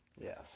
Yes